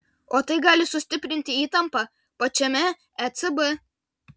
o tai gali sustiprinti įtampą pačiame ecb